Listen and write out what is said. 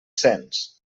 sents